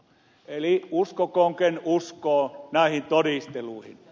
eli uskokoon ken uskoo näihin todisteluihin